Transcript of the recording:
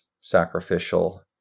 sacrificial